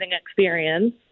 experience